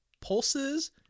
pulses